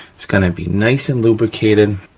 it's gonna be nice and lubricated,